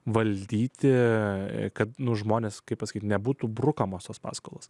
valdyti kad žmonės kaip pasakyti nebūtų brukamos tos paskolos